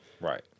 Right